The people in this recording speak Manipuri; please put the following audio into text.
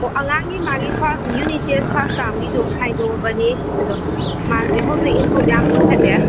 ꯑꯣ ꯑꯉꯥꯡꯒꯤ ꯃꯥꯒꯤ ꯐꯥꯔꯁꯠ ꯌꯨꯅꯤꯠ ꯇꯦꯁꯠ ꯐꯥꯔꯁꯠ ꯇꯥꯔꯝꯒꯤꯗꯣ ꯍꯥꯏꯗꯣꯛꯑꯕꯅꯤ ꯑꯗꯣ ꯃꯥꯁꯦ ꯍꯧꯖꯤꯛ ꯏꯝꯄ꯭ꯔꯨꯚ ꯌꯥꯝ ꯑꯣꯏꯈꯠꯂꯦ